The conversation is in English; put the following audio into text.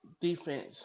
defense